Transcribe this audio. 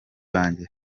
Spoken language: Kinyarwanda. banjye